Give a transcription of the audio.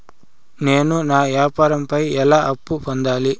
నేను నా వ్యాపారం పై ఎలా అప్పు పొందాలి?